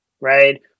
Right